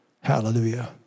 Hallelujah